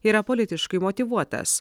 yra politiškai motyvuotas